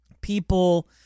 people